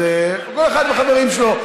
אז כל אחד והחברים שלו.